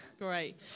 Great